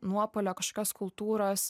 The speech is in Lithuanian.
nuopuolio kašokios kultūros